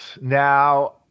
now